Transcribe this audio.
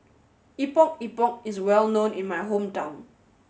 Epok Epok is well known in my hometown